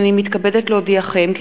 הנני מתכבדת להודיעכם,